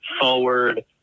forward